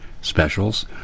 specials